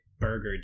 burger